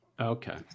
okay